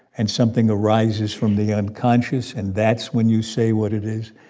and something arises from the unconscious. and that's when you say what it is.